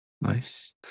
Nice